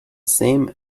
same